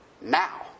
now